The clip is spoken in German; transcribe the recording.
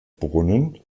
brunnen